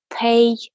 pay